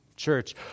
Church